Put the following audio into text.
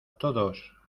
todos